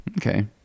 Okay